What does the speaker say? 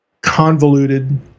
convoluted